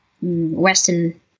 Western